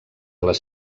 les